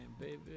baby